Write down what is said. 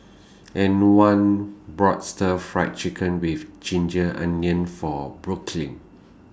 Antwan bought Stir Fry Chicken with Ginger Onions For Brooklyn